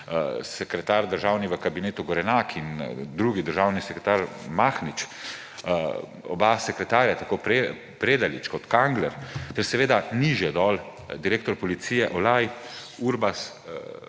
sekretar v Kabinetu Gorenak in drugi državni sekretar Mahnič, oba sekretarja, tako Predalič kot Kangler, ter seveda nižje dol, direktor policije – Olaj, Urbas